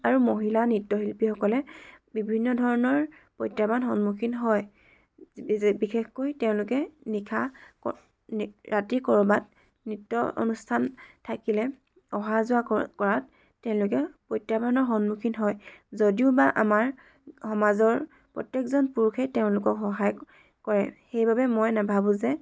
আৰু মহিলা নৃত্যশিল্পীসকলে বিভিন্ন ধৰণৰ প্ৰত্যাহ্বান সন্মুখীন হয় যে বিশেষকৈ তেওঁলোকে নিশা ক ৰাতি ক'ৰবাত নৃত্য অনুষ্ঠান থাকিলে অহা যোৱা কৰ কৰাত তেওঁলোকে প্ৰত্যাহ্বানৰ সন্মুখীন হয় যদিওবা আমাৰ সমাজৰ প্ৰত্যেকজন পুৰুষেই তেওঁলোকক সহায় কৰে সেইবাবে মই নেভাবোঁ যে